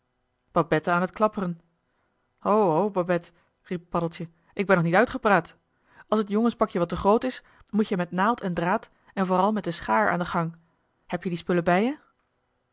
babette aan t klapperen ho ho babette riep paddeltje ik ben nog niet uitgepraat als het jongenspakje wat te groot is moet joh h been paddeltje de scheepsjongen van michiel de ruijter jij met naald en draad en vooral met den schaar aan den gang heb je die spullen bij je